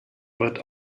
wird